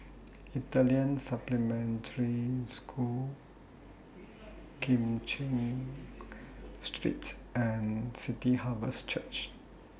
Italian Supplementary School Kim Cheng Street and City Harvest Church